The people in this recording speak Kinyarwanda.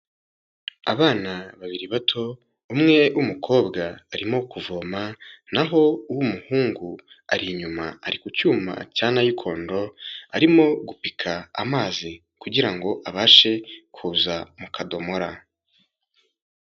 Abana babiri bato, umwe w'umukobwa arimo kuvoma, naho uw'umuhungu ari inyuma, ari ku cyuma cya nayikondo, arimo gupika amazi kugira ngo abashe kuza mu kadomora.